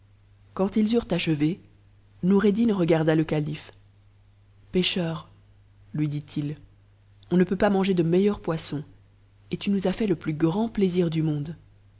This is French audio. quand ils eurent achevé noureddin regarda le calife pécheur lui dit-il on ne peut pas manger de meilleur poisson et tu nous as fait h plus grand plaisir du monde